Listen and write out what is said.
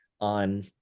on